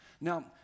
Now